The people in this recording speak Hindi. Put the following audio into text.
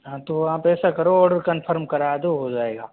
हाँ तो आप ऐसा करो आर्डर कनफ़र्म करा दो हो जाएगा